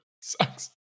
sucks